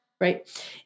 right